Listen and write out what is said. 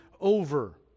over